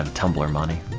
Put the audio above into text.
um tumbler money